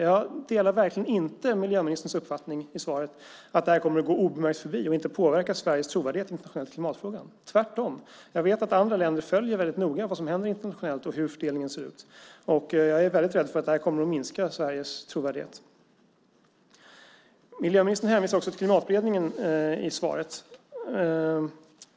Jag delar verkligen inte miljöministerns uppfattning i svaret att det här kommer att gå obemärkt förbi och inte kommer att påverka Sveriges trovärdighet i klimatfrågan. Tvärtom vet jag att andra länder följer väldigt noggrant vad som händer internationellt och hur fördelningen ser ut, och jag är väldigt rädd för att det här kommer att minska Sveriges trovärdighet. Miljöministern hänvisar också till klimatberedningen i svaret.